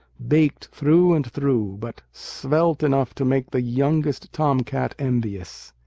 baked through and through, but svelte enough to make the youngest tomcat envious.